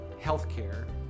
healthcare